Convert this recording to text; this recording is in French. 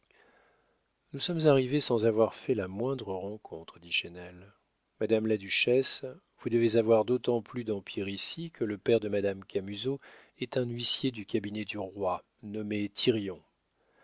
nous sommes arrivés sans avoir fait la moindre rencontre dit chesnel madame la duchesse vous devez avoir d'autant plus d'empire ici que le père de madame camusot est un huissier du cabinet du roi nommé